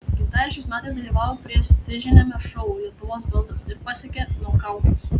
gintarė šiais metais dalyvavo prestižiniame šou lietuvos balsas ir pasiekė nokautus